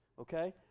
Okay